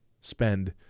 spend